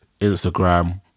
Instagram